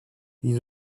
ils